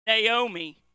Naomi